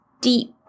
deep